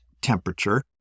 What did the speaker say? temperature